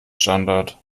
standard